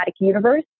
Universe